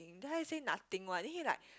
~ing then I say nothing what then he like